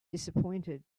disappointed